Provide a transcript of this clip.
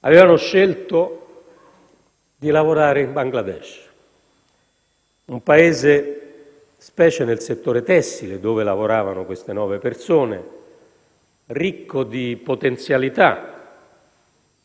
Avevano scelto di lavorare in Bangladesh, un Paese, specie nel settore tessile, nel quale lavoravano queste nove persone, ricco di potenzialità,